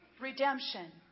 Redemption